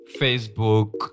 Facebook